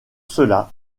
cela